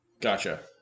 Gotcha